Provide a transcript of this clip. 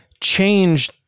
change